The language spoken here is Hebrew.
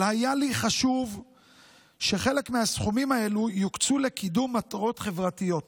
אבל היה לי חשוב שחלק מהסכומים האלה יוקצו לקידום מטרות חברתיות.